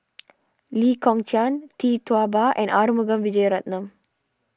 Lee Kong Chian Tee Tua Ba and Arumugam Vijiaratnam